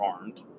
armed